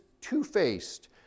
two-faced